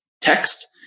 text